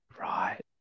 Right